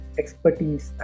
expertise